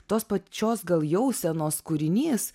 tos pačios gal jausenos kūrinys